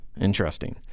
Interesting